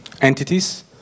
entities